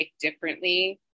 differently